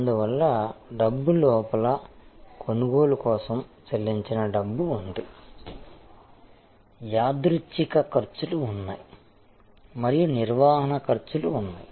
అందువలన డబ్బు లోపలకొనుగోలు కోసం చెల్లించిన డబ్బు ఉంది యాదృచ్ఛిక ఖర్చులు ఉన్నాయి మరియు నిర్వహణ ఖర్చులు ఉన్నాయి